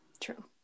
True